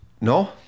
No